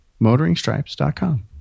Motoringstripes.com